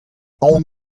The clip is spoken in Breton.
aon